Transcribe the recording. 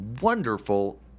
wonderful